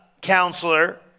Counselor